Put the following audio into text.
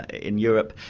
in europe,